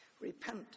Repent